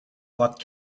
bought